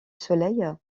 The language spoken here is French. soleil